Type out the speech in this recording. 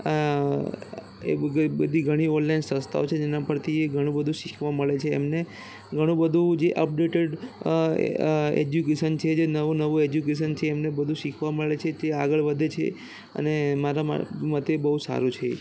અં એક બ બધી ઘણી ઓનલાઇન સંસ્થાઓ છે જેના પરથી એ ઘણું બધુ શીખવા મળે છે એમને ઘણું બધું જે અપડેટેડ અ એ અ એજ્યુકેશન છે જે નવું નવું એજ્યુકેશન છે એમને બધું શીખવા માટે છે તે આગળ વધે છે અને મારા મ મતે બહુ સારું છે